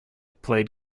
played